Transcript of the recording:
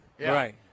right